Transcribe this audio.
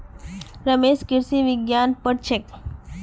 रमेश कृषि विज्ञान पढ़ छेक